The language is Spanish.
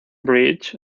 bridge